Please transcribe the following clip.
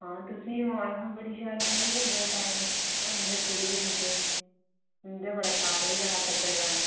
आं तुसेंगी बी मबारखां बड़ी शैल गल्ल ऐ बड़े टैम बाद इं'दे कुड़ी होई ते इं'दे बड़ा चाऽ रेही दा हा टब्बरै दा